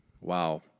wow